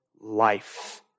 life